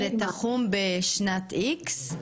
וזה תחום בשנת X?